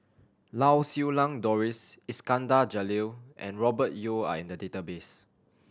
Lau Siew Lang Doris Iskandar Jalil and Robert Yeo are in the database